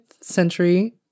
century